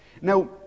Now